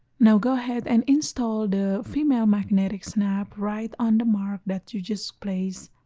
now go ahead and install the female magnetic snap right on the mark that you just placed,